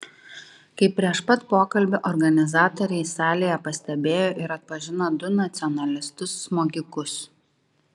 kaip prieš pat pokalbį organizatoriai salėje pastebėjo ir atpažino du nacionalistus smogikus